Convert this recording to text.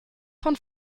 von